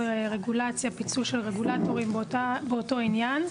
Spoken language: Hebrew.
רגולציה ופיצול של רגולטורים באותו עניין.